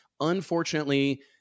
unfortunately